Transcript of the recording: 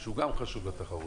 שזה גם חשוב לתחרות.